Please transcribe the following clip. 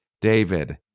David